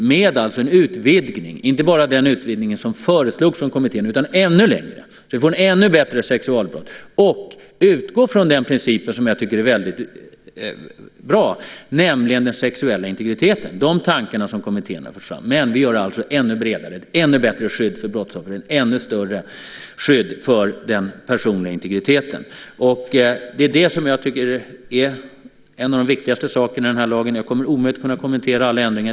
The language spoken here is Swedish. Det förslaget innehåller en utvidgning, inte bara den utvidgning som förslogs av kommittén, utan en ännu större utvidgning. Vi utgår från en princip som jag tycker är väldigt bra, nämligen den sexuella integriteten. Den tanken från kommittén finns alltså med, men vi vill införa ett ännu bättre skydd för brottsoffret och den personliga integriteten. Det är en av de viktigaste sakerna i den nya lagen. Det är omöjligt för mig att hinna med att kommentera alla ändringar.